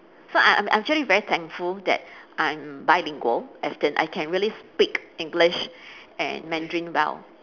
so I'm I'm I'm actually very thankful that I'm bilingual as in I can really speak english and mandarin well